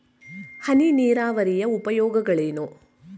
ಹನಿ ನೀರಾವರಿಯ ಉಪಯೋಗಗಳೇನು?